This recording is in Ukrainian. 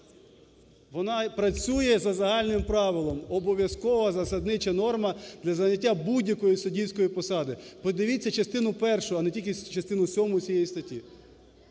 Вона працює за загальним правилом: обов'язкова засаднича норма для заняття будь-якої суддівської посади. Подивіться частину першу, а не тільки частину сьому цієї статті.